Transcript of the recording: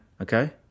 okay